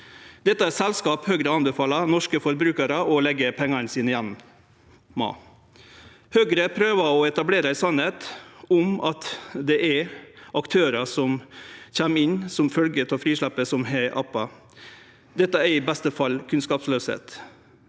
Dette er selskap Høgre anbefaler norske forbrukarar å leggje pengane i. Høgre prøver å etablere ei sanning om at det er aktørar som kjem inn som følgje av frisleppet som har appar. Dette er i beste fall kunnskapslaust.